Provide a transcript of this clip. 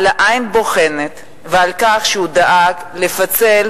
על העין הבוחנת ועל כך שהוא דאג לפצל